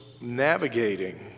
navigating